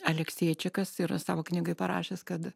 alekseičikas yra savo knygoj parašęs kad